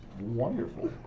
wonderful